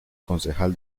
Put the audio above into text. concejal